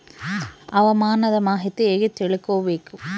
ಹವಾಮಾನದ ಮಾಹಿತಿ ಹೇಗೆ ತಿಳಕೊಬೇಕು?